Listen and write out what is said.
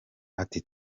ati